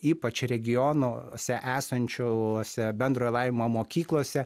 ypač regionuose esančiose bendrojo lavinimo mokyklose